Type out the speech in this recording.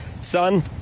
Son